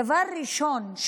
דבר ראשון,